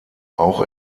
auch